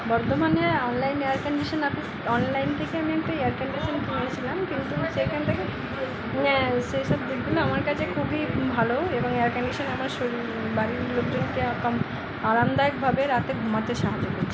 বর্ধমানে online air condition office online থেকে আমি একটা এয়ারকান্ডিশান কিনেছিলাম কিন্তু সেখান থেকে ন্যা সেসব আমার কাছে খুবই ভালো এবং এয়ারকান্ডিশান আমার শরীর বাড়ির লোকজনকে কাম্প আরামদায়কভাবে রাতে ঘুমাতে সাহায্য করেছে